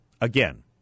Again